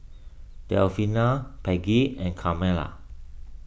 Delfina Peggie and Carmela